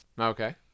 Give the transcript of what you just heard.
Okay